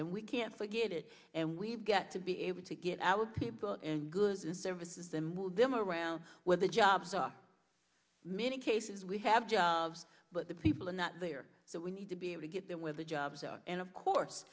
and we can't forget it and we've got to be able to get our people and goods and services then move them around where the jobs are many cases we have jobs but the people are not there so we need to be able to get there where the jobs are and of course